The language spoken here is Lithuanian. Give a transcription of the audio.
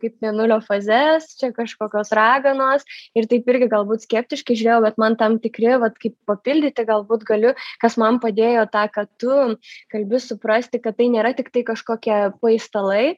kaip mėnulio fazes čia kažkokios raganos ir taip irgi galbūt skeptiškai žiūrėjau bet man tam tikri vat kaip papildyti galbūt galiu kas man padėjo tą ką tu kalbi suprasti kad tai nėra tiktai kažkokie paistalai